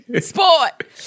Sport